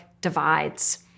divides